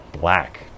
Black